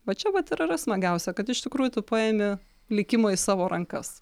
va čia vat ir yra smagiausia kad iš tikrųjų paimi likimą į savo rankas